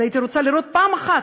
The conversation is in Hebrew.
אז הייתי רוצה לראות פעם אחת,